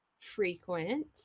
frequent